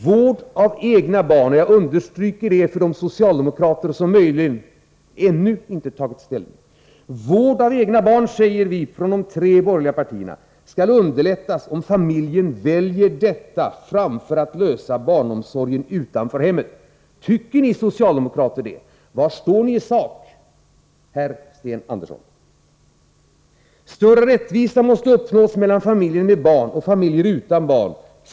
Vård av egna barn — jag understryker det för de socialdemokrater som möjligen ännu inte tagit ställning — skall enligt de tre borgerliga partierna underlättas om familjen väljer detta framför att lösa barnomsorgen utanför hemmet. Tycker ni socialdemokrater det? Var står ni i sak, herr Sten Andersson? 6. Större rättvisa måste uppnås mellan familjer med barn och familjer utan barn.